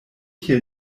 hier